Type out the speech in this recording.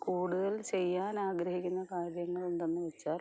കൂടുതൽ ചെയ്യാൻ ആഗ്രഹിക്കുന്ന കാര്യങ്ങൾ എന്തെന്ന് വച്ചാൽ